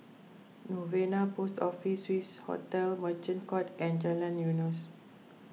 Novena Post Office Swissotel Merchant Court and Jalan Eunos